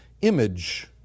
image